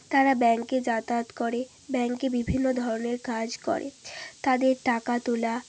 তারা ব্যাংকে যাতায়াত করে ব্যাংকে বিভিন্ন ধরনের কাজ করে তাদের টাকা তোলা